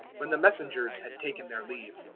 when the messengers had taken their leave,